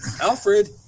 Alfred